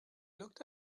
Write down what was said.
looked